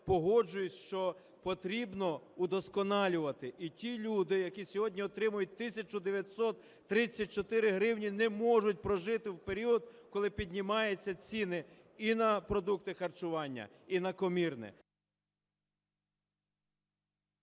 погоджуюся, що потрібно удосконалювати, і ті люди, які сьогодні отримують 1 тисячу 934 гривні, не можуть прожити в період, коли піднімаються ціни і на продукти харчування, і на комірне…